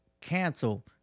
cancel